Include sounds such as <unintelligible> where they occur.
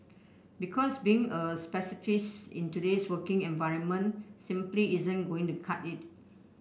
because being a <unintelligible> pacifist in today's working environment simply isn't going to cut it